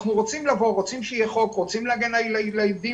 אנחנו רוצים שיהיה חוק, רוצים להגן על הילדים.